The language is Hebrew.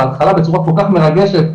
בהתחלה בצורה כל כך מרגשת,